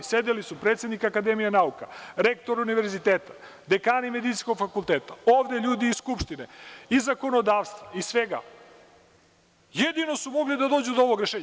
Sedeli su predsednik Akademije nauka, rektor univerziteta, dekani medicinskog fakulteta, ovde ljudi iz Skupštine, iz zakonodavstva, iz svega, jedino su mogli da dođu do ovog rešenja.